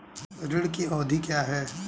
ऋण की अवधि क्या है?